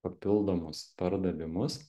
papildomus pardavimus